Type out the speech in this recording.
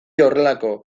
horrelako